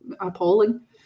appalling